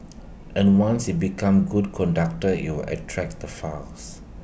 and once IT becomes A good conductor IT will attract the fires